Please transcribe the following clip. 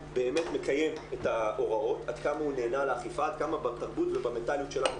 אבל כל האחרים טייוואן, סינגפור, הונג קונג,